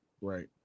Right